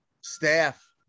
staff